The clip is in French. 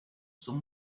son